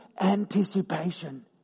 anticipation